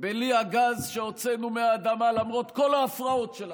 בלי הגז שהוצאנו מהאדמה, למרות כל ההפרעות שלכם,